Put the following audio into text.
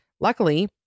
Luckily